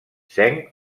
zinc